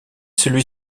celui